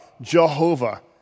Jehovah